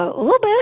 ah look,